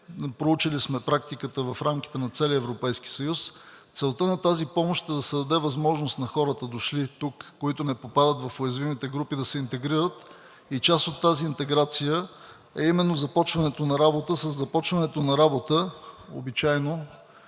проучили сме практиката в рамките на целия Европейския съюз. Целта на тази помощ е да се даде възможност на хората, дошли тук, които не попадат в уязвимите групи, да се интегрират и част от тази интеграция е именно започването на работа. Със започването на работа обичайно